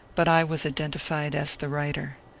but i was identified as the writer.